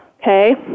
Okay